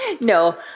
No